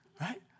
Right